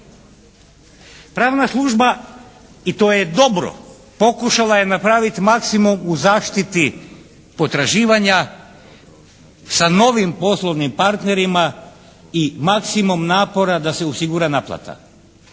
Pravna služba i to je dobro pokušala je napraviti maksimum u zaštiti potraživanja sa novim poslovnim partnerima i maksimumom napora da se osigura naplata